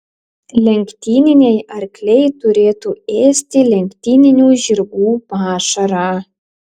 lenktyniniai arkliai turėtų ėsti lenktyninių žirgų pašarą